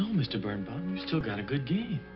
mr. birnbaum. you still got a good game.